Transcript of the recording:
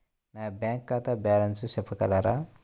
నా బ్యాంక్ ఖాతా బ్యాలెన్స్ చెప్పగలరా?